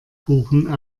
buchen